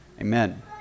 Amen